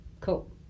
Cool